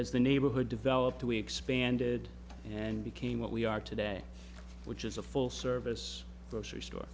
as the neighborhood developed we expanded and became what we are today which is a full service grocery store